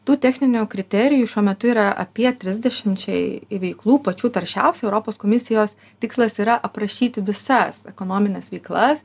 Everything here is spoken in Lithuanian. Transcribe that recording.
tų techninių kriterijų šiuo metu yra apie trisdešimčiai veiklų pačių taršiausių europos komisijos tikslas yra aprašyti visas ekonomines veiklas